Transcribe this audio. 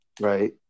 right